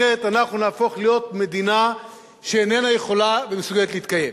אחרת נהפוך להיות מדינה שאינה יכולה ומסוגלת להתקיים.